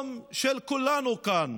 חוסר החוק הזה מנע ממך לבנות?